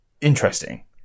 interesting